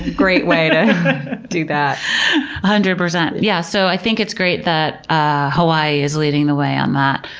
great way to do that. a hundred percent. yeah so i think it's great that ah hawaii is leading the way on that.